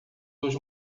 dos